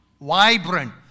vibrant